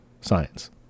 science